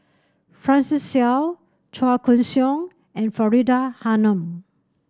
Francis Seow Chua Koon Siong and Faridah Hanum